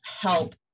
help